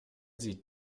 sie